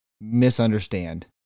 misunderstand